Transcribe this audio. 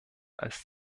als